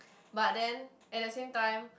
but then at the same time